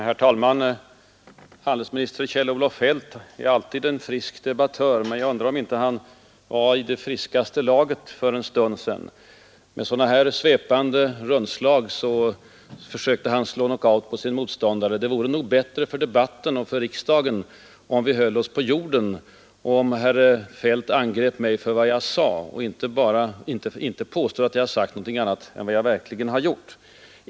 Herr talman! Handelsminister Kjell-Olof Feldt är alltid en frisk debattör, men jag undrar om han inte uppförde sig i friskaste laget för en stund sedan när han med svepande rundslag försökte slå knockout på sin motståndare. Det vore nog bättre för debatten och för riksdagen, om vi höll oss på jorden och om herr Feldt angrep mig för vad jag verkligen sagt och inte för vad han påstår att jag sagt.